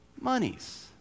monies